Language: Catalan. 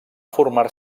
formar